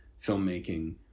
filmmaking